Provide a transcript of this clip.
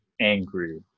angry